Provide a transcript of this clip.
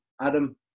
adam